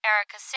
Erica